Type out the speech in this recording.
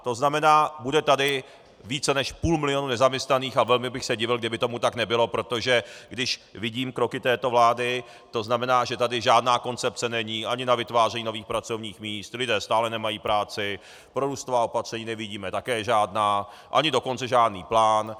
To znamená, že tady bude více než půl milionu nezaměstnaných, a velmi bych se divil, kdyby tomu tak nebylo, protože když vidím kroky této vlády, to znamená, že tady není žádná koncepce ani na vytváření nových pracovních míst, lidé stále nemají práci, prorůstová opatření nevidíme také žádná, ani dokonce žádný plán.